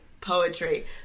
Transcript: Poetry